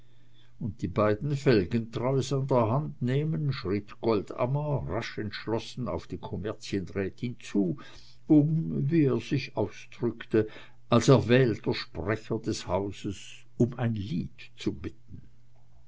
und die beiden felgentreus an der hand nehmend schritt goldammer rasch entschlossen auf die kommerzienrätin zu um wie er sich ausdrückte als erwählter sprecher des hauses um ein lied zu bitten